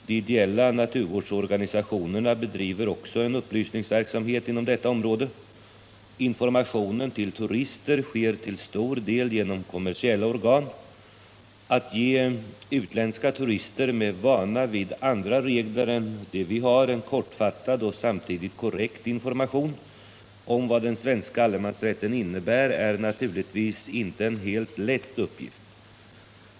De ideella naturvårdsorganisationerna bedriver också en upplysningsverksamhet inom detta område. Informationen till turister sker till stor del genom kommersiella organ. Att ge utländska turister med vana vid andra regler än dem vi har en kortfattad och samtidigt korrekt information om vad den svenska allemansrätten innebär är naturligtvis inte en helt lätt uppgift.